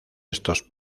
estos